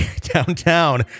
downtown